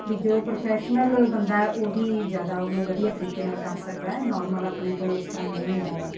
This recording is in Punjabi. ਵੀ ਜੋ ਪ੍ਰੋਫੈਸ਼ਨਲ ਬੰਦਾ ਹੈ ਉਹ ਹੀ ਜ਼ਿਆਦਾ ਉਹਨੂੰ ਵਧੀਆ ਤਰੀਕੇ ਨਾਲ ਕਰ ਸਕਦਾ ਹੈ ਨੋਰਮਲ ਆਪਣੇ ਤੋਂ ਉਸ ਤਰ੍ਹਾਂ ਨਹੀਂ ਹੁੰਦਾ ਗਾ